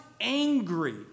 angry